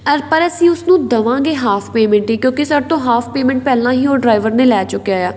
ਔਰ ਪਰ ਅਸੀਂ ਉਸ ਨੂੰ ਦੇਵਾਂਗੇ ਹਾਫ ਪੇਮੈਂਟ ਹੀ ਕਿਉਂਕਿ ਸਾਡੇ ਤੋਂ ਹਾਫ ਪੇਮੈਂਟ ਪਹਿਲਾਂ ਹੀ ਉਹ ਡਰਾਈਵਰ ਨੇ ਲੈ ਚੁੱਕਿਆ ਹੈ